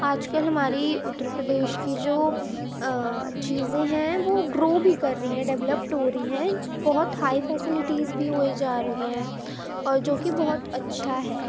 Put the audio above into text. آج کل ہماری اتر پردیش کی جو چیزیں ہیں وہ گرو بھی کر رہی ہیں ڈیولپڈ ہو رہی ہیں بہت ہائی فیسیلٹیز بھی ہوئے جا رہی ہیں اور جو کہ بہت اچھا ہے